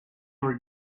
were